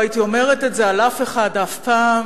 לא הייתי אומרת את זה על אף אחד אף פעם,